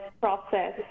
process